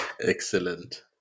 Excellent